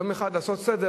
יום אחד לעשות סדר,